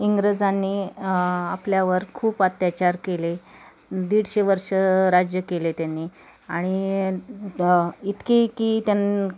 इंग्रजांनी आपल्यावर खूप अत्याचार केले दीडशे वर्षं राज्य केले त्यांनी आणि इतकी की त्यां